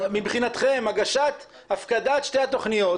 מבחינתכם הפקדת שתי התוכניות,